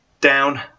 down